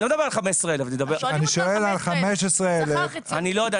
אני לא מדבר על 15,000. אני שואל על 15,000. אני לא יודע.